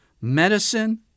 medicine